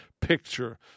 picture